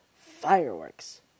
fireworks